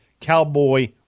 Cowboy